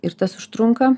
ir tas užtrunka